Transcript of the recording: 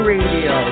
Radio